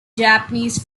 japanese